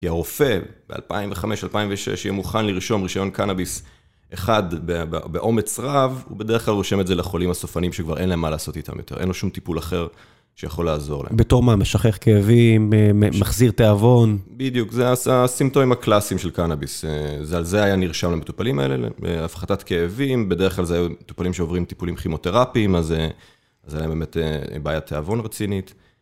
כי הרופא ב-2005-2006 יהיה מוכן לרשום רישיון קנאביס אחד באומץ רב, הוא בדרך כלל רושם את זה לחולים הסופנים שכבר אין להם מה לעשות איתם יותר, אין לו שום טיפול אחר שיכול לעזור להם. בתור מה, משכך כאבים, מחזיר תיאבון. בדיוק, זה הסימפטומים הקלאסיים של קנאביס. על זה היה נרשם למטופלים האלה, בהפחתת כאבים, בדרך כלל זה היו מטופלים שעוברים טיפולים כימותרפיים, אז היה להם באמת בעיה תיאבון רצינית.